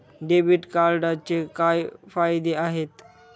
Debit कार्डचे काय फायदे आहेत?